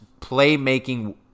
playmaking